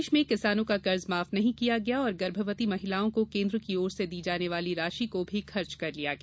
प्रदेश में किसानों का कर्ज माफ नहीं किया गया और गर्भवती महिलाओं को केन्द्र की ओर से दी जाने वाली राशि को भी खर्च कर लिया गया